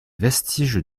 vestiges